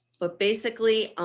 but basically,